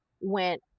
went